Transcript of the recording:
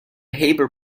haber